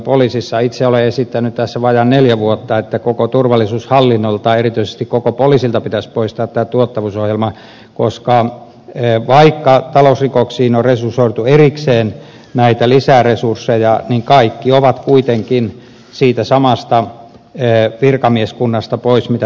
poliisissa olen itse esittänyt tässä vajaan neljä vuotta että koko turvallisuushallinnolta erityisesti koko poliisilta pitäisi poistaa tämä tuottavuusohjelma koska vaikka talousrikoksiin on resursoitu erikseen näitä lisäresursseja niin kaikki ovat kuitenkin siitä samasta virkamieskunnasta pois mitä tuottavuusohjelma syö